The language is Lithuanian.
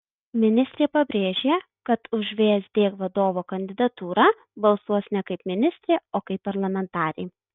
ministrė pabrėžė kad už vsd vadovo kandidatūrą balsuos ne kaip ministrė o kaip parlamentarė